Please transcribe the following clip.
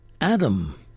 Adam